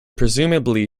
presumably